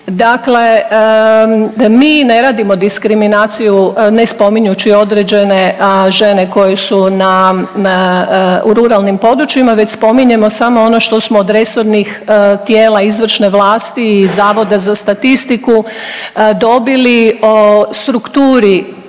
Dakle mi ne radimo diskriminaciju ne spominjući određene žene koje su na, u ruralnim područjima, već spominjemo samo ono što smo od resornih tijela izvršne vlasti i Zavoda za statistiku dobili o strukturi